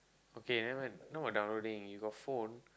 okay never mind how about downloading you got phone